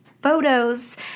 photos